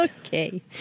Okay